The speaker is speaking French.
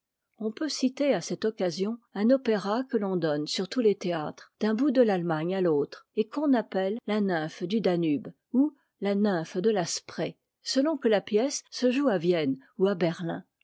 on peut citer à cette occasion un opéra que l'on donne sur tous les théâtres d'un bout de l'allemagne à l'autre et qu'on appelle la tyywpae du danube ou la tv m ae de la e selon que la pièce se joue à vienne ou à berlin